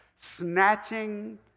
Snatching